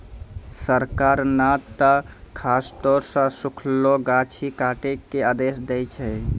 सरकार नॅ त खासतौर सॅ सूखलो गाछ ही काटै के आदेश दै छै